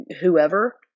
whoever